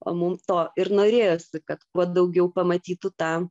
o mum to ir norėjosi kad kuo daugiau pamatytų tą